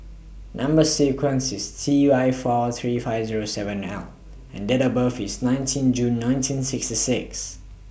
Number sequence IS T one four three five seven Zero nine L and Date of birth IS nineteen June nineteen sixty six